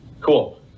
Cool